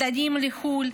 מדענים לחו"ל,